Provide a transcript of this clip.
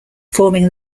forming